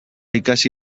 ikasi